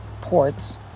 ports